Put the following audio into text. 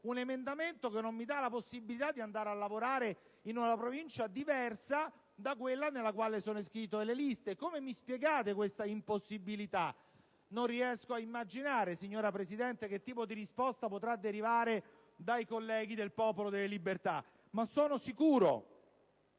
un emendamento che non gli dà la possibilità di andare a lavorare in una provincia diversa da quella della lista in cui è iscritto? Come verrà spiegata questa impossibilità? Non riesco ad immaginare, signora Presidente, che tipo di risposta potrà derivare dai colleghi del Popolo della Libertà. Sono però sicuro